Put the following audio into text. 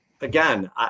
again